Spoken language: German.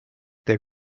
der